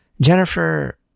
jennifer